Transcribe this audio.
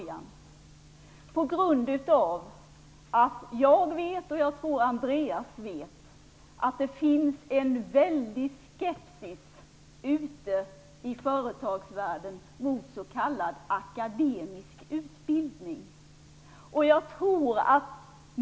Jag vet, och jag tror Andreas Carlgren vet, att det finns en väldig skepsis i företagsvälden mot s.k. akademisk utbildning.